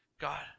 God